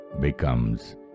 becomes